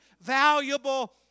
valuable